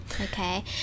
Okay